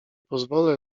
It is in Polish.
pozwolę